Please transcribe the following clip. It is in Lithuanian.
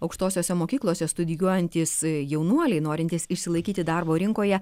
aukštosiose mokyklose studijuojantys jaunuoliai norintys išsilaikyti darbo rinkoje